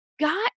got